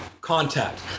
contact